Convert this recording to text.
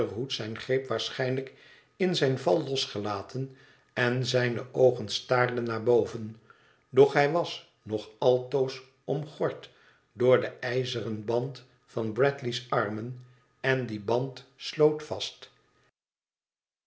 zijn greep waarschijnlijk in zijn val losgelaten en zijne oogen staarden naar boven doch hij was nog altoos omgord door den ijzeren band van bradley's armen en die band sloot vast